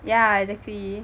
yeah exactly